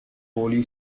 holy